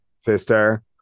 sister